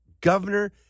governor